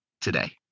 today